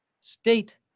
state